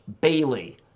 Bailey